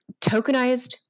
tokenized